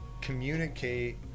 communicate